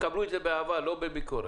ותקבלו את זה באהבה, לא בביקורת.